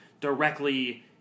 directly